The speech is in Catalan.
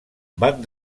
van